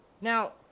Now